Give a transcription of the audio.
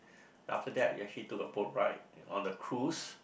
after that we actually took a boat ride on a cruise